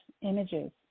images